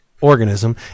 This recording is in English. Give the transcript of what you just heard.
Organism